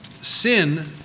Sin